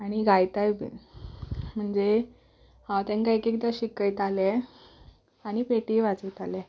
आनी गायताय बी म्हणजे हांव तांकां एकएकदां शिकयतालें आनी पेटीय वाजयतालें